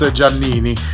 Giannini